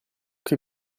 che